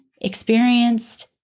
experienced